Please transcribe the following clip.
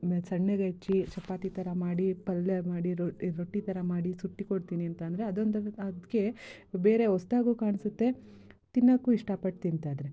ಸಣ್ಣಗೆ ಹೆಚ್ಚಿ ಚಪಾತಿ ಥರ ಮಾಡಿ ಪಲ್ಯ ಮಾಡಿ ರೊಟ್ಟಿ ಥರ ಮಾಡಿ ಸುಟ್ಟು ಕೊಡ್ತೀನಿ ಅಂತಂದರೆ ಅದೊಂದು ಅದಕ್ಕೆ ಬೇರೆ ಹೊಸ್ದಾಗೂ ಕಾಣಿಸುತ್ತೆ ತಿನ್ನೋಕ್ಕೂ ಇಷ್ಟಪಟ್ಟು ತಿಂತಾ ಇದಾರೆ